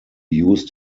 used